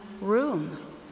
room